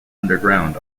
underground